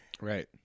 Right